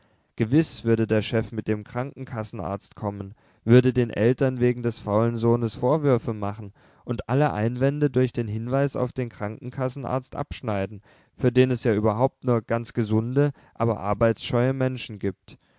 gewiß würde der chef mit dem krankenkassenarzt kommen würde den eltern wegen des faulen sohnes vorwürfe machen und alle einwände durch den hinweis auf den krankenkassenarzt abschneiden für den es ja überhaupt nur ganz gesunde aber arbeitsscheue menschen gibt